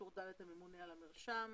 טור ד' הממונה על המרשם.